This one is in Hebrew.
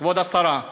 כבוד השרה.